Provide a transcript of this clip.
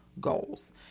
goals